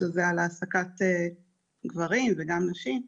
שזה על העסקת גברים וגם נשים.